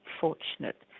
fortunate